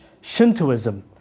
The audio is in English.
Shintoism